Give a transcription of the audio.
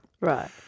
Right